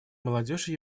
молодежи